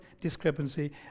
discrepancy